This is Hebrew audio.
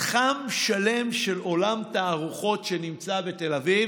מתחם שלם של עולם תערוכות נמצא בתל אביב